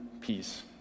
peace